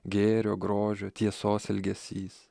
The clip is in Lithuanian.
gėrio grožio tiesos ilgesys